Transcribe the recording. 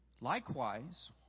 Likewise